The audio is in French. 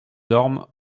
ormes